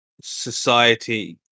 society